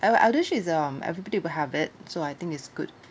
it's um everybody will have it so I think is good